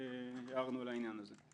והערנו על העניין הזה.